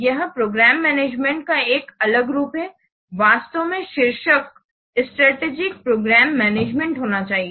यह programme management का एक अलग रूप है वास्तव में शीर्षक रस्ट्रेटेजिक प्रोग्राम मैनेजमेंट होना चाहिए